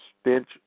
stench